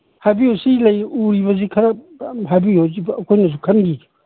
ꯍꯥꯏꯕꯤꯌꯨ ꯁꯤ ꯂꯩ ꯎꯔꯤꯕꯁꯤ ꯈꯔ ꯍꯥꯏꯕꯤꯌꯨ ꯁꯤꯕꯨ ꯑꯩꯈꯣꯏꯅꯁꯨ ꯈꯟꯈꯤꯒꯦ